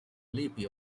lippi